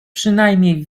przynajmniej